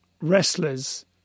wrestlers